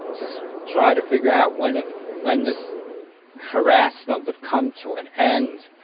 just try to figure out when ah when this harassment would come to an end